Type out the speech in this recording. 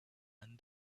and